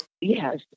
Yes